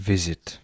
Visit